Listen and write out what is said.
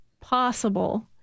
possible